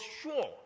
sure